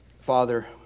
Father